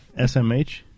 SMH